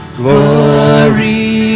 glory